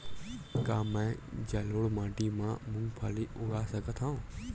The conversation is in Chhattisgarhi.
का मैं जलोढ़ माटी म मूंगफली उगा सकत हंव?